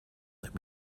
let